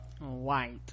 white